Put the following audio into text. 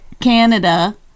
Canada